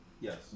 Yes